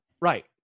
Right